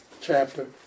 chapter